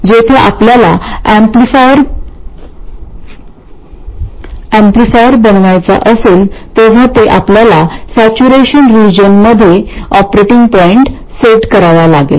जेव्हा आपल्याला ऍम्प्लिफायर बनवायचा असेल तेव्हा आपल्याला ते सेचूरेशन रिजनमध्ये ऑपरेटिंग पॉईंट सेट करावे लागेल